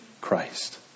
Christ